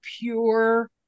pure